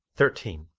thirteen.